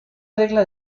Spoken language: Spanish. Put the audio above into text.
regla